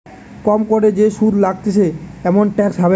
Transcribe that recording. কম করে যে সুধ লইতেছে এমন ট্যাক্স হ্যাভেন